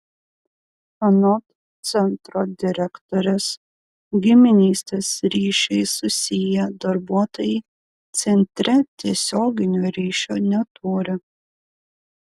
anot centro direktorės giminystės ryšiais susiję darbuotojai centre tiesioginio ryšio neturi